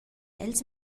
els